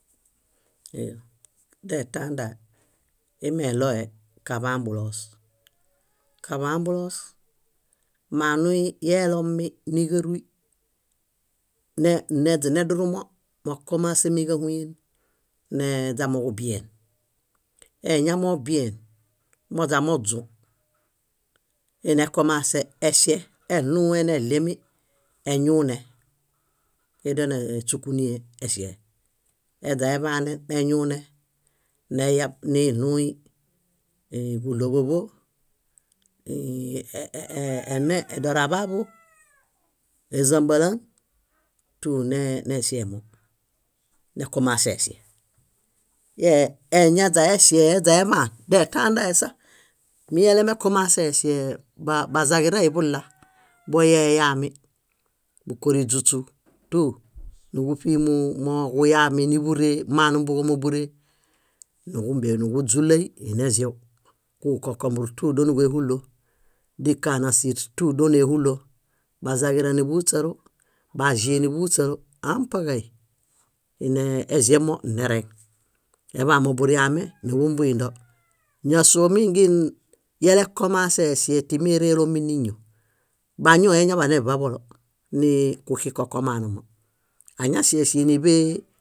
. Iyo. Detã dae, imeɭoe kaḃambuloos. Kaḃambuloos, manui yelomi níġaruy neźenedurumo mokomasemi ġáhuyen, neźamoġubien. Eñamobien moźamoźũ, enekomase eŝe eɭũue neɭiemi eñuune. Édoneśukunie eŝe. Eźaeḃaneñuune, neyab niɭũui ĩi- ġúloḃoḃo, ĩi- doraḃaḃu, ézumbalã tú ne- neŝemo, nekomaseeŝe. Eñaźaeŝe aźaeḃaan detã daesa, mielemekomaseeŝee, bazaġirai bulla, boyeyaami. Búkoriźuśutu níġuṗiimu moġuyaami níḃuree, manuḃuġo móburee, níġumbeniġuźulai, ineĵew: kuġukokombr tú dónuġuehulo, dikanasir tú dóneehulo, bazaġira níḃuhuśalo, baĵe níḃuhuśalo ampaġay. Iinee eĵemo nereŋ. Eḃamoburiame niġumbuindo. Ñásoo mingin elekomaseeŝe timi ére élominiño, bañoeñaḃaneḃaḃolo nii kuxĩko komanumo. Añaŝeŝe níḃee